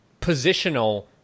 positional